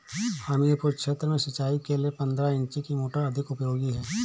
हमीरपुर क्षेत्र में सिंचाई के लिए पंद्रह इंची की मोटर अधिक उपयोगी है?